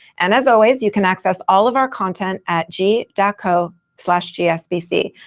and as always, you can access all of our content at g ah co gsbc.